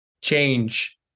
change